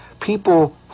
people